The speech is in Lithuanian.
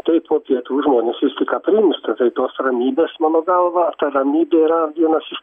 tai po pietų žmonės vis tik aprimsta tai tos ramybės mano galva ta ramybė yra vienas iš